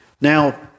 Now